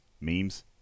memes